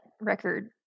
record